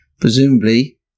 Presumably